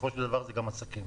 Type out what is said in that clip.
בסופו של דבר מדובר גם בעסקים.